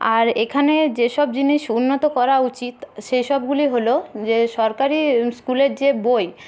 আর এইখানে যে সব জিনিস উন্নত করা উচিৎ সেইসবগুলি হলো যে সরকারি স্কুলের যে বই